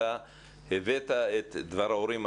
אתה הבאת את דבר ההורים.